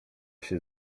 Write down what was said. się